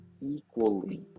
equally